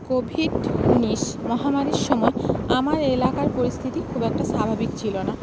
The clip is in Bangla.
কোভিড ঊনিশ মহামারির সময়ে আমার এলাকার পরিস্থিতি খুব একটা স্বাভাবিক ছিল না